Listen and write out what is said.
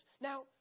Now